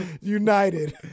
United